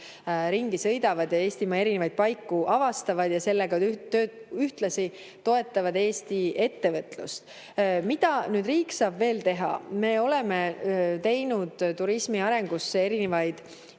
ringi sõidavad ja Eestimaa erinevaid paiku avastavad ja sellega ühtlasi toetavad Eesti ettevõtlust. Mida saab riik veel teha? Me oleme teinud turismi arengusse erinevaid